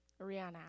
Rihanna